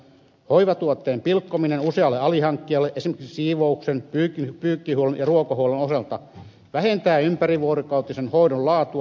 hoivatuotteen pilkkominen usealle alihankkijalle esimerkiksi siivouksen pyykkihuollon ja ruokahuollon osalta vähentää ympärivuorokautisen hoidon laatua